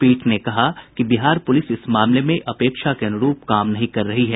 पीठ ने कहा कि बिहार पुलिस इस मामले में अपेक्षा के अनुरूप काम नहीं कर रही है